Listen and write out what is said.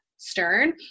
Stern